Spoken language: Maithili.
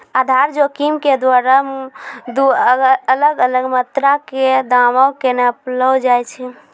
आधार जोखिम के द्वारा दु अलग अलग मात्रा के दामो के नापलो जाय छै